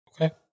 Okay